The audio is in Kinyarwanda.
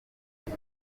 ibi